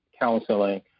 counseling